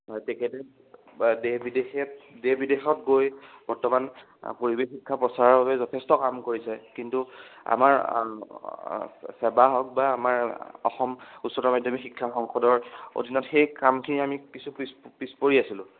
হয় তেখেতে দেশ বিদেশ দেশ বিদেশত গৈ বৰ্তমান পৰিৱেশ শিক্ষা প্ৰচাৰৰ বাবে যথেষ্ট কাম কৰিছে কিন্তু আমাৰ চেবা হওক বা আমাৰ অসম উচ্চতৰ মাধ্যমিক শিক্ষা সংসদৰ অধীনত সেই কামখিনি আমি কিছু পিছ পিছ পৰি আছিলোঁ